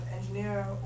engineer